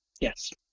Yes